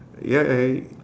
ya and